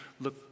look